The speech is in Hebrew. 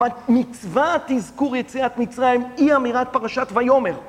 במצווה תזכור יצאת מצרים, אי אמירת פרשת ויאמר.